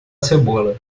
cebola